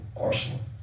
arsenal